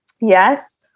yes